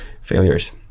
failures